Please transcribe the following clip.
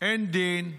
אין דין,